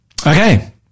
Okay